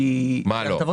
מה לא?